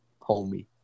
homie